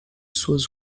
suas